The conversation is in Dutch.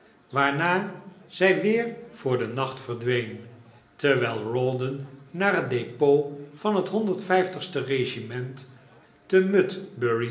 waarna zij weer voor den nacht verdween terwijl rawdon naar het depot van het regiment